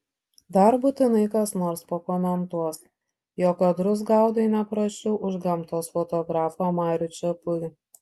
dar būtinai kas nors pakomentuos jog kadrus gaudai ne prasčiau už gamtos fotografą marių čepulį